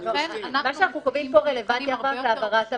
-- ולכן אנחנו --- מה שאנחנו קובעים פה רלוונטי רק להעברת המידע,